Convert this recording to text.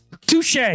Touche